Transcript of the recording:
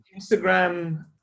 Instagram